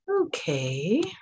Okay